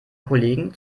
kollegen